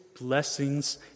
blessings